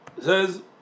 says